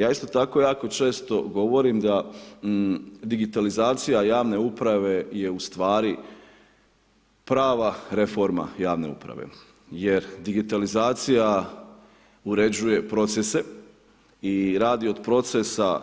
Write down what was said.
Ja isto tako jako često govorim da digitalizacija javne uprave je ustvari prava reforma javne uprave jer digitalizacija uređuje procese i radi od procesa